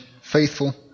faithful